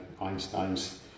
Einstein's